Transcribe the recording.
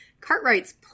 Cartwright's